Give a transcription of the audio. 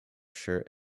shirt